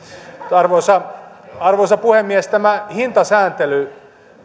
arvoisa arvoisa puhemies tämä hintasääntely